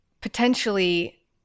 potentially